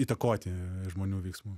įtakoti žmonių veiksmų